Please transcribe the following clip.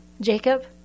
Jacob